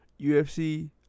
UFC